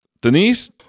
Denise